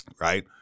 Right